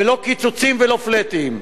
ולא קיצוצים ולא "פלטים".